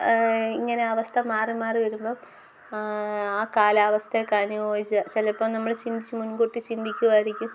ഇങ്ങനെ അവസ്ഥ മാറി മാറി വരുമ്പോൾ ആ കാലാവസ്ഥക്കനുയോജിച്ച് ചിലപ്പോൾ നമ്മൾ മുൻകൂട്ടി ചിന്തിക്കുകയായിരിക്കും